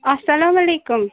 اَلسلامُ علیکُم